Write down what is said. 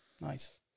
nice